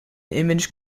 image